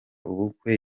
ubukwe